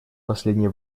последнее